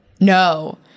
No